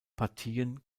partien